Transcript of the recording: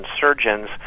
Surgeons